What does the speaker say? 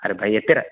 ଆରେ ଭାଇ ଏତେ ରାଗ